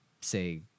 say